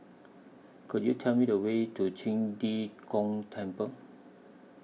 Could YOU Tell Me The Way to Qing De Gong Temple